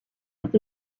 est